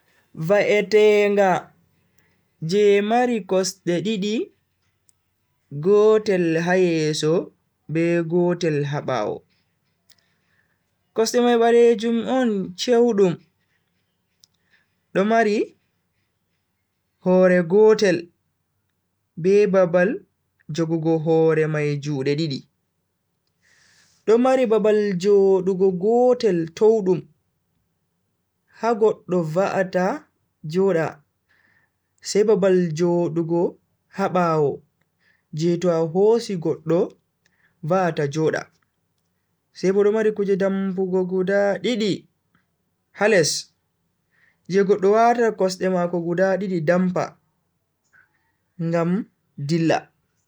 Va'etenga je mari kosde didi gotel ha yeso be gotel ha bawo, kosde mai balejum on chewdum. do mari, hore gotel be babal jogugo hore mai jude didi, do mari babal joduugo gotel towdum ha goddo va'ata joda sai babal jodugo ha bawo je to a hosi goddo va'ata joda sai bo do mari kuje dampugo guda didi ha les je goddo watata kosde mako guda didi dampa ngam dilla.